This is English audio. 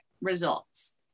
results